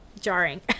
jarring